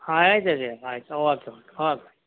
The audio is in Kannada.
ಆಯಿತು ರೀ ಆಯಿತು ಓಕೆ ಓಕೆ ಓಕೆ